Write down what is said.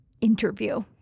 interview